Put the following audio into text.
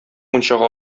мунчага